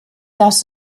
das